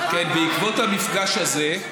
בעקבות המפגש הזה,